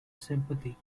sympathy